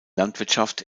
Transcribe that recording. landwirtschaft